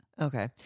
okay